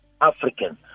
African